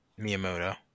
Miyamoto